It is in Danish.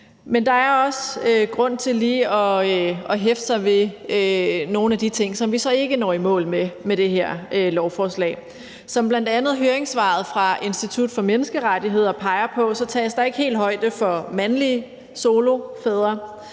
Men der er også grund til lige at hæfte sig ved nogle af de ting, som vi så ikke når i mål med med det her lovforslag. Som bl.a. høringssvaret fra Institut for Menneskerettigheder peger på, tages der ikke helt højde for mandlige soloforældre